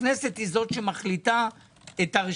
הכנסת היא זאת שמחליטה על הרשימה,